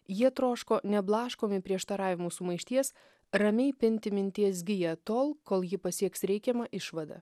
jie troško neblaškomi prieštaravimų sumaišties ramiai įpinti minties giją tol kol ji pasieks reikiamą išvadą